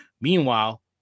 Meanwhile